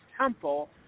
temple